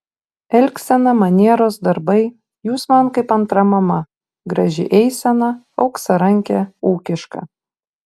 elgsena manieros darbai jūs man kaip antra mama graži eisena auksarankė ūkiška